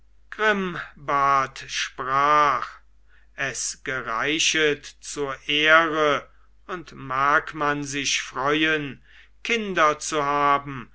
sprach es gereichet zur ehre und mag man sich freuen kinder zu haben